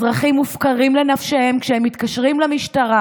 אזרחים מופקרים לנפשם כשהם מתקשרים למשטרה